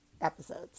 episodes